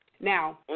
Now